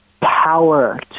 power